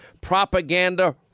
propaganda